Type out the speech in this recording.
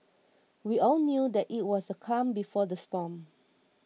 we all knew that it was the calm before the storm